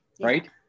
Right